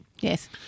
Yes